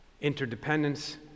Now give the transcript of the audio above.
interdependence